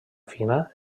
fina